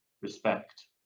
respect